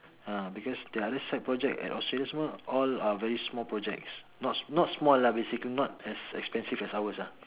ah because the other side project at Australia is all are very small projects not not small lah basically not as expensive as ours lah